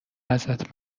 ازت